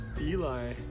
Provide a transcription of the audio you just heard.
Eli